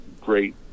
great